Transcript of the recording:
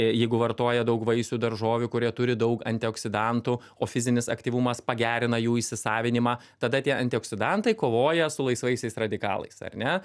jeigu vartoja daug vaisių daržovių kurie turi daug antioksidantų o fizinis aktyvumas pagerina jų įsisavinimą tada tie antioksidantai kovoja su laisvaisiais radikalais ar ne